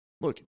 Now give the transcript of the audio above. Look